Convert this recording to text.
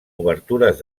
obertures